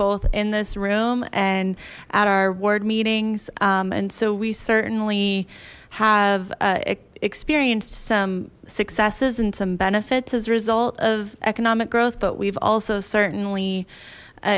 both in this room and at our ward meetings and so we certainly have experienced some successes and some benefits as a result of economic growth but we've also certainly